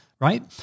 Right